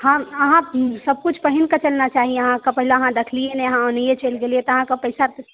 हॅं सब किछु पहिन कऽ चलना चाही अहाँकेॅं पहिले अहाँ देखलियै नहि अहाँ ओनाहिये चलि गेलियै अहाँके पैसा तऽ